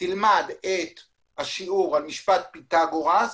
ללמוד את השיעור על משפט פיתגורס,